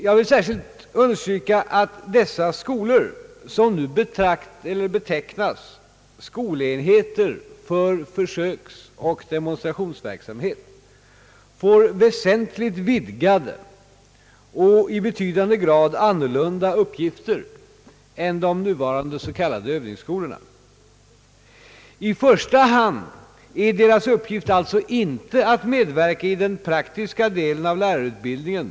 Jag vill särskilt understryka att dessa skolor, som nu betecknas »skolenheter för försöksoch demonstrationsverksamhet», får väsentligt vidgade och i betydande grad andra uppgifter än de nuvarande s.k. övningsskolorna. Deras uppgift är alltså inte i första hand att medverka i den praktiska delen av lärarutbildningen.